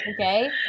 Okay